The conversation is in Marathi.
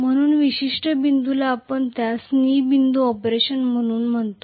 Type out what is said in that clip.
म्हणून त्या विशिष्ट बिंदूला आपण त्यास कनी बिंदू ऑपरेशन म्हणून म्हणतो